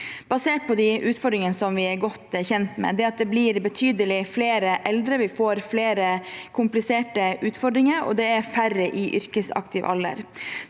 basert på de utfordringene som vi er godt kjent med. Det blir betydelig flere eldre, vi får flere kompliserte utfordringer, og det er færre i yrkesaktiv alder.